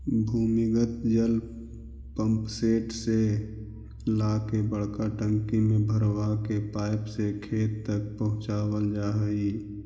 भूमिगत जल पम्पसेट से ला के बड़का टंकी में भरवा के पाइप से खेत तक पहुचवल जा हई